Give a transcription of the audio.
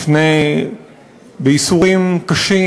בייסורים קשים.